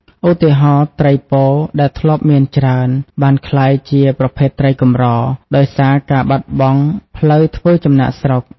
ឧទាហរណ៍ ត្រីពោដែលធ្លាប់មានច្រើន បានក្លាយជាប្រភេទត្រីកម្រ ដោយសារការបាត់បង់ផ្លូវធ្វើចំណាកស្រុក។